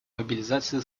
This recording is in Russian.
мобилизации